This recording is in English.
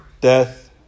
death